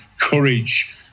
courage